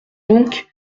donc